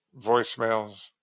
voicemails